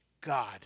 God